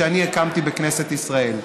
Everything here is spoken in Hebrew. שאני הקמתי בכנסת ישראל.